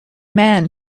man